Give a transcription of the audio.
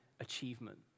achievement